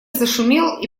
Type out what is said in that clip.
зашумел